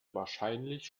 wahrscheinlich